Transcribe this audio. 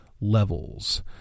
levels